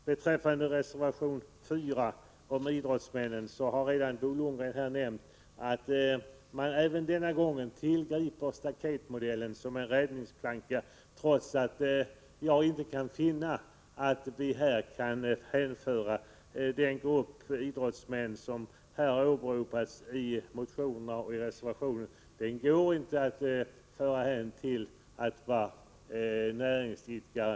Beträffande reservation 4, om idrottsmännen, har redan Bo Lundgren nämnt att man även denna gång tillgriper staketmodellen som en räddningsplanka. Jag kan inte finna att man kan hänföra den grupp idrottsmän som har åberopats i motionerna och i reservationen till gruppen näringsidkare.